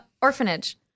orphanage